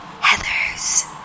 Heathers